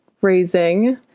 raising